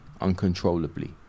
uncontrollably